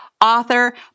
author